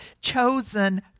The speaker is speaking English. chosen